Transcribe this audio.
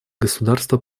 государства